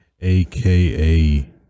aka